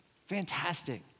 Fantastic